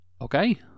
okay